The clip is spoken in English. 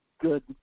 good